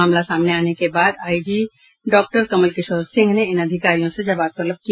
मामला सामने आने के बाद आईजी डॉक्टर कमल किशोर सिंह ने इन अधिकारियों से जबाव तलब किया